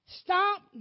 Stop